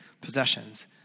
possessions